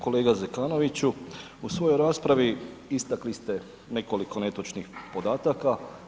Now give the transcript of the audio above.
Kolega Zekanoviću, u svojoj raspravi istakli ste nekoliko netočnih podataka.